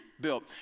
built